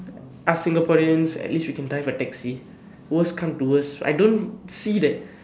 are Singaporeans at least we can drive a taxi worst come to worst I don't see that